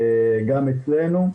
גם אצלנו,